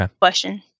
question